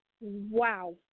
wow